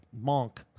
monk